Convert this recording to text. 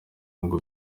ngo